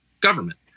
government